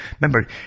Remember